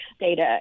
data